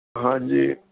ਹਾਂਜੀ